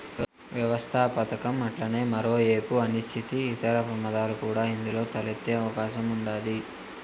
వ్యవస్థాపకతం అట్లనే మరో ఏపు అనిశ్చితి, ఇతర ప్రమాదాలు కూడా ఇందులో తలెత్తే అవకాశం ఉండాది